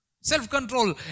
Self-control